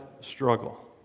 struggle